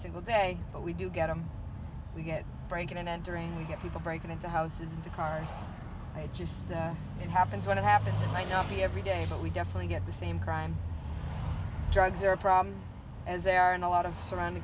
single day but we do get them we get breaking and entering you get people breaking into houses and the cars i just it happens when it happens might not be every day but we definitely get the same crime drugs are a problem as they are in a lot of surrounding